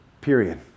Period